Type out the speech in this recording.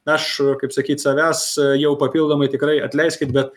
aš kaip sakyt savęs jau papildomai tikrai atleiskit bet